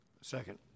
Second